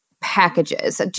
packages